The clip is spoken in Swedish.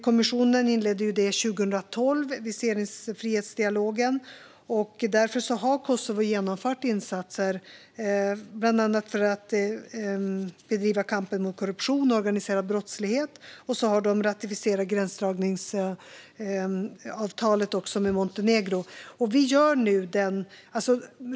Kommissionen inledde viseringsfrihetsdialogen 2012, och därför har Kosovo genomfört insatser bland annat att för att bedriva kamp mot korruption och organiserad brottslighet. De har även ratificerat gränsdragningsavtalet med Montenegro.